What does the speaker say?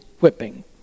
whipping